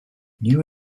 new